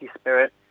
spirit